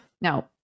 Now